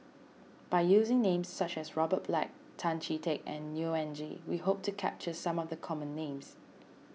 by using names such as Robert Black Tan Chee Teck and Neo Anngee we hope to capture some of the common names